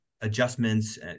adjustments